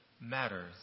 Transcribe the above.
matters